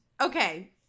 Okay